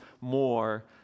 more